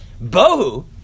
Bo-hu